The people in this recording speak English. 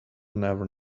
never